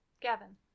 Gavin